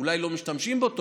אולי לא משתמשים בו טוב,